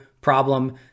problem